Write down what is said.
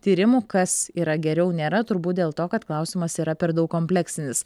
tyrimu kas yra geriau nėra turbūt dėl to kad klausimas yra per daug kompleksinis